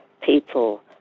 people